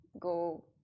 go